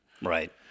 Right